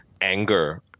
anger